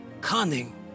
cunning